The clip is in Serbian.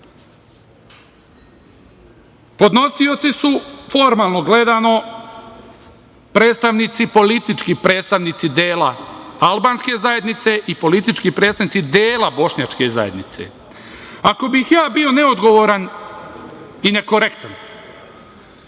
Podnosioci su, formalno gledano, predstavnici, politički predstavnici dela albanske zajednice i politički predstavnici dela bošnjačke zajednice. Ako bih bio neodgovoran i nekorektan,